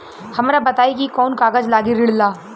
हमरा बताई कि कौन कागज लागी ऋण ला?